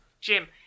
Jim